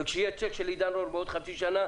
וכשיהיה צ'ק של עידן רול בעוד חצי שנה,